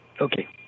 Okay